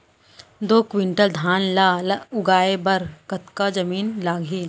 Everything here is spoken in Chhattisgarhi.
दो क्विंटल धान ला उगाए बर कतका जमीन लागही?